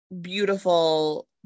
beautiful